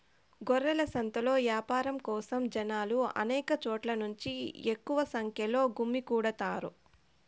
గొర్రెల సంతలో యాపారం కోసం జనాలు అనేక చోట్ల నుంచి ఎక్కువ సంఖ్యలో గుమ్మికూడతారు